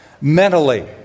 mentally